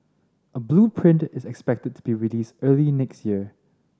a blueprint is expected to be released early next year